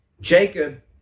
Jacob